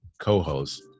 co-host